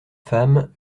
femme